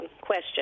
question